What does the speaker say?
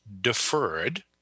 deferred